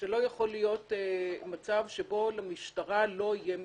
שלא יכול להיות מצב שבו למשטרה לא יהיה מידע.